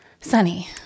Sunny